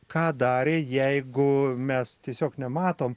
ką darė jeigu mes tiesiog nematom